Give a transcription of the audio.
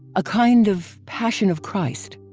a kind of passion of christ.